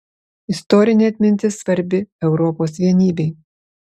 istorinė atmintis svarbi europos vienybei